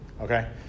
Okay